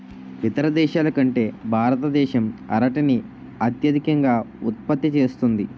ఇతర దేశాల కంటే భారతదేశం అరటిని అత్యధికంగా ఉత్పత్తి చేస్తుంది